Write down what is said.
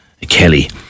Kelly